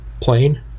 plane